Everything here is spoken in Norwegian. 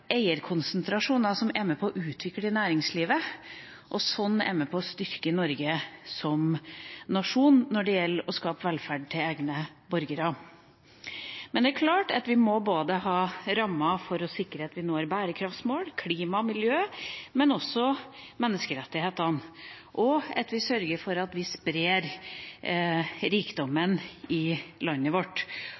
eierkonsentrasjoner som er med på å utvikle næringslivet, og sånn er med på å styrke Norge som nasjon når det gjelder å skape velferd for egne borgere. Men det er klart at vi både må ha rammer for å sikre at vi når mål for bærekraft, klima og miljø og menneskerettigheter, og at vi sørger for å spre rikdommen i landet vårt.